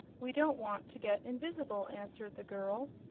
we don't want to get invis'ble, answered the girl.